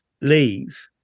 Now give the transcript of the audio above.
leave